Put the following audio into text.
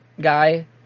guy